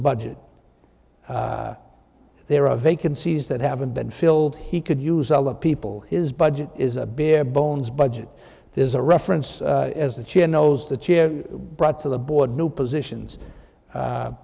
budget there are vacancies that haven't been filled he could use a lot of people his budget is a bare bones budget there's a reference as the chair knows the chair brought to the board new positions